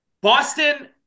Boston –